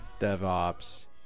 DevOps